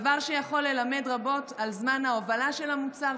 דבר שיכול ללמד רבות על זמן ההובלה של המוצר,